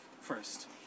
first